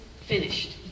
finished